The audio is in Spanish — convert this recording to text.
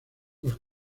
los